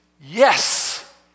yes